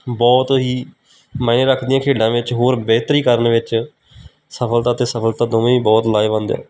ਬਹੁਤ ਹੀ ਮਾਇਨੇ ਰੱਖਦੀਆਂ ਖੇਡਾਂ ਵਿੱਚ ਹੋਰ ਬਿਹਤਰੀ ਕਰਨ ਵਿੱਚ ਸਫਲਤਾ ਅਤੇ ਅਸਫਲਤਾ ਦੋਵੇਂ ਹੀ ਬਹੁਤ ਲਾਹੇਵੰਦ ਹੈ